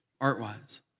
art-wise